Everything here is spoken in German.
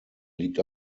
liegt